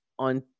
on